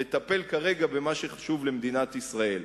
לטפל כרגע במה שחשוב למדינת ישראל.